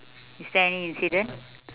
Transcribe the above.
is there any incident